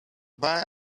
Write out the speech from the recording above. buy